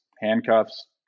handcuffs